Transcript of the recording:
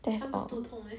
that's all